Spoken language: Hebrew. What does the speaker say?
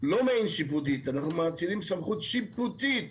לא מעין שיפוטית, אנחנו מאצילים סמכות שיפוטית